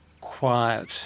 quiet